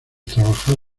trabajar